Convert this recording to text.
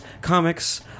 comics